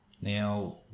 Now